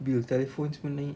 bill telephone semua naik